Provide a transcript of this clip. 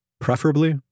preferably